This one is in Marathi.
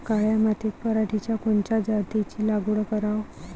काळ्या मातीत पराटीच्या कोनच्या जातीची लागवड कराव?